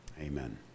Amen